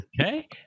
Okay